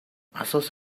اساس